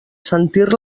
sentir